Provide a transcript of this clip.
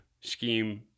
scheme